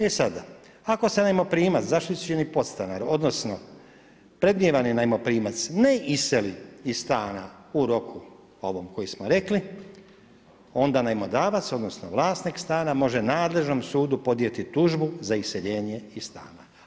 E sada, ako se najmoprimac, zaštićeni podstanar, odnosno predmnijevani najmoprimac ne iseli iz stana u roku ovom koji smo rekli onda najmodavac odnosno vlasnik stana može nadležnom sudu podnijeti tužbu za iseljenje iz stana.